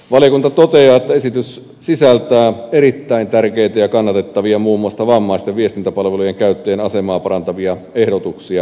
valiokunta toteaa että esitys sisältää erittäin tärkeitä ja kannatettavia muun muassa vammaisten viestintäpalvelujen käyttäjien asemaa parantavia ehdotuksia